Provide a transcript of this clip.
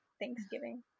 Thanksgiving